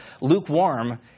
lukewarm